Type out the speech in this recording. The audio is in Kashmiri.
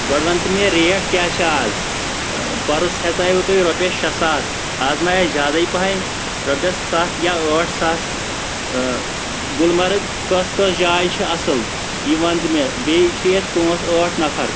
گوٚڈٕ ون تہٕ مےٚ ریٚٹ کیٚاہ چھِ آز پَرُس ہیژیٚو تۄہہ رۄپِیٚیس شیٚے ساس آز مہ آسہِ زیادے پَہٕنۍ رۄپییٚس سَتھ یا ٲٹھ ساس گُلمرٕگ کۄس کۄس جاے چھِ اَصٕل یہِ ون تہٕ مےٚ بیٚیہِ چھِ أسۍ پانٛژھ ٲٹھ نَفر